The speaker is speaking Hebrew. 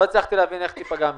לא הצלחתי להבין איך תיפגע מזה.